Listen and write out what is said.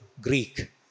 Greek